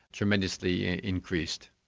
tremendously increased.